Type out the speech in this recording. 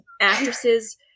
actresses